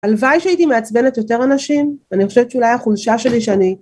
הלוואי שהייתי מעצבנת יותר אנשים, ואני חושבת שאולי החולשה שלי שאני...